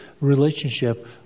relationship